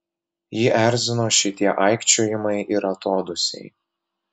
jį erzino šitie aikčiojimai ir atodūsiai